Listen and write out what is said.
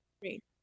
Great